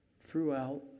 throughout